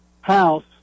house